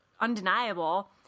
undeniable